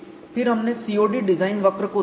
फिर हमने COD design वक्र को देखा